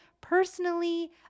personally